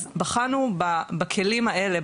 אז בחנו בכלים האלה,